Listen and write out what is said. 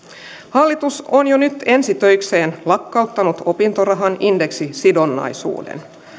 hallitus on jo nyt ensi töikseen lakkauttanut opintorahan indeksisidonnaisuuden